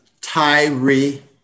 Tyree